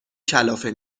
کلافه